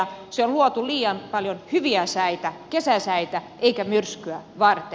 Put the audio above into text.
se on luotu liian paljon hyviä säitä kesäsäitä eikä myrskyä varten